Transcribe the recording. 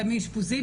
זה מאשפוזים,